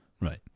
right